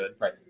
Right